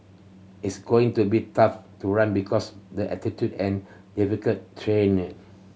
it's going to be tough to run because the altitude and difficult terrain